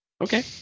Okay